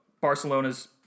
barcelona's